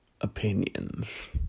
opinions